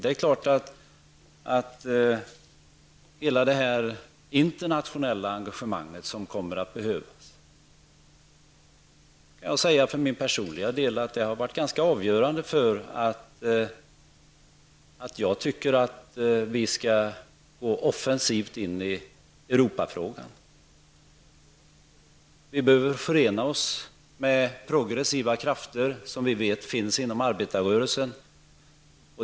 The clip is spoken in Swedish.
Det är klart att också hela det internationella engagemanget kommer att behövas. Jag vill för min personliga del säga att det har varit ganska avgörande för att jag tycker att vi skall gå offensivt in i Europafrågan. Vi behöver förena oss med de progressiva krafter som vi vet finns inom arbetarrörelsen.